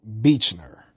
beechner